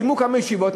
קיימו כמה ישיבות,